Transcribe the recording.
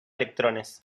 electrones